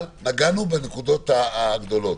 נגענו בנקודות הגדולות.